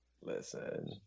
listen